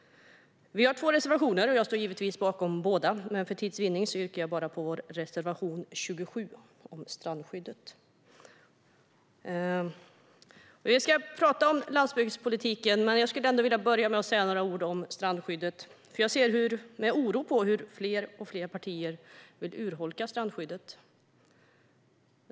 Vi har två reservationer, och jag står givetvis bakom dem båda, men för tids vinnande yrkar jag bifall bara till vår reservation 27 som handlar om strandskyddet. Vi ska tala om landsbygdspolitiken, men jag skulle ändå vilja börja med att säga några ord om strandskyddet. Jag ser med oro på hur fler och fler partier vill urholka strandskyddet.